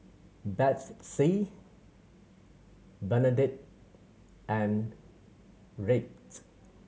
Bethzy Bernadette and Rhett